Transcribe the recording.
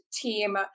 team